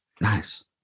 Nice